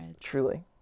Truly